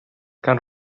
gan